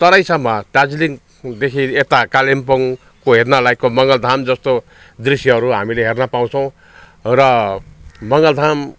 तराईसम्म दार्जिलिङदेखि यता कालेम्पोङको हेर्न लायकको मङ्गल धाम जस्तो दृश्यहरू हामीले हेर्न पाउँछौँ र मङ्गल धाम